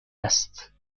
است